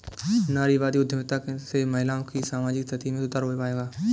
नारीवादी उद्यमिता से महिलाओं की सामाजिक स्थिति में सुधार हो पाएगा?